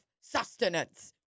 sustenance